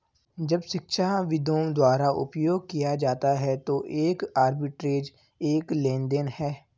जब शिक्षाविदों द्वारा उपयोग किया जाता है तो एक आर्बिट्रेज एक लेनदेन है